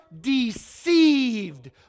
deceived